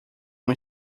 uma